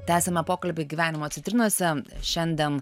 tęsiame pokalbį gyvenimo citrinose šiandien